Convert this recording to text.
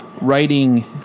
writing